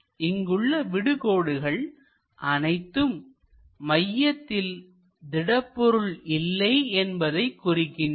இங்குள்ள இந்த விடு கோடுகள் அனைத்தும் மையத்தில் திடப்பொருள் இல்லை என்பதைக் குறிக்கின்றன